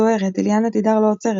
דוהרת אליאנה תדהר לא עוצרת,